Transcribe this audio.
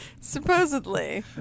Supposedly